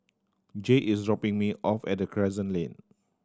Jay is dropping me off at Crescent Lane